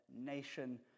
nation